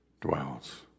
dwells